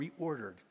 reordered